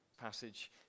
Passage